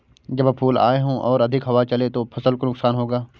जब फूल आए हों और अधिक हवा चले तो फसल को नुकसान होगा?